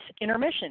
intermission